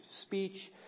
speech